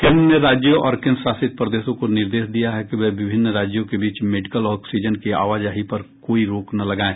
केन्द्र ने राज्यों और केन्द्रशासित प्रदेशों को निर्देश दिया है कि वे विभिन्न राज्यों के बीच मेडिकल ऑक्सीजन की आवाजाही पर कोई रोक न लगायें